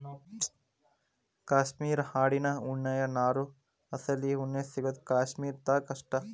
cashmere ಆಡಿನ ಉಣ್ಣಿಯ ನಾರು ಅಸಲಿ ಉಣ್ಣಿ ಸಿಗುದು ಕಾಶ್ಮೇರ ದಾಗ ಅಷ್ಟ